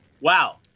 Wow